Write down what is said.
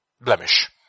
blemish